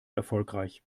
erfolgreich